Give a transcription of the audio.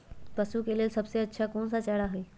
पशु के लेल सबसे अच्छा कौन सा चारा होई?